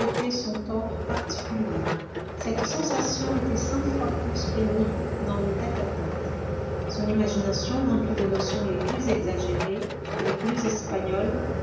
son tort particulier cette sensation était cent fois plus pénible dans le tête-à-tête son imagination remplie des notions les plus exagérées les plus espagnoles